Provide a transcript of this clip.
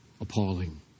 appalling